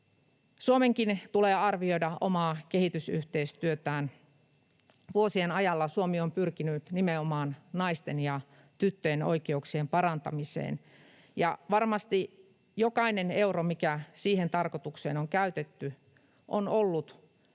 Suomenkin tulee arvioida omaa kehitysyhteistyötään. Vuosien ajalla Suomi on pyrkinyt nimenomaan naisten ja tyttöjen oikeuksien parantamiseen, ja varmasti jokainen euro, mikä siihen tarkoitukseen on käytetty, on ollut